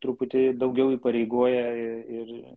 truputį daugiau įpareigoja ir